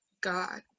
God